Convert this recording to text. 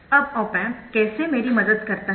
अब op amp कैसे मेरी मदद करता है